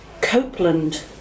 Copeland